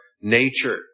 nature